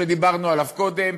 שדיברנו עליו קודם,